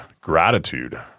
gratitude